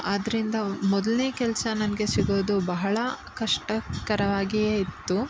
ಆದ್ದರಿಂದ ಮೊದ್ಲನೇ ಕೆಲಸ ನನಗೆ ಸಿಗೋದು ಬಹಳ ಕಷ್ಟಕರವಾಗಿಯೇ ಇತ್ತು